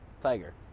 Tiger